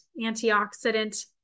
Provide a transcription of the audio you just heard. antioxidant